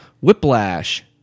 Whiplash